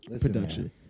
production